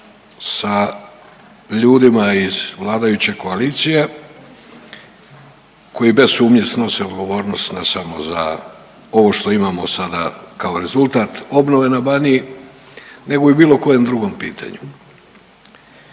sa ljudima iz vladajuće koalicije koji bez sumnje snose odgovornost ne samo za ovo što imamo sada kao rezultat obnove na Baniji nego i u bilo kojem drugom pitanju.